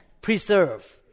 Preserve